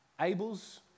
Abel's